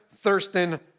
Thurston